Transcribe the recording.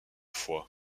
foie